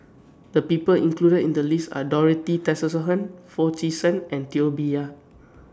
The People included in The list Are Dorothy Tessensohn Foo Chee San and Teo Bee Yen